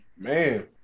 Man